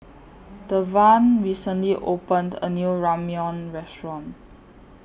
Devan recently opened A New Ramyeon Restaurant